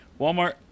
Walmart